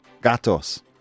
gatos